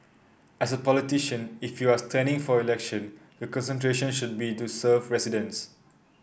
as a politician if you are standing for election your concentration should be to serve residents